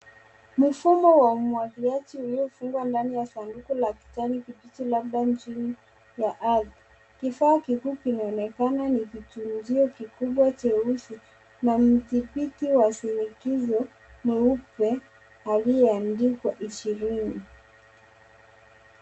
Mfumo wa umwagiliaji uliofungwa ndani ya sanduku la kijani kibichi labda chini ya ardhi. Kifaa kikuu kinaonekana ni kitunzio kikubwa cheusi na mdhibiti wa sinikizo mweupe aliyeandikwa ishirini.